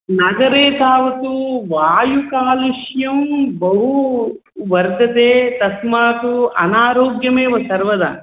नगरे तावत् वायुकालुष्यं बहु वर्तते तस्मात् अनारोग्यमेव सर्वदा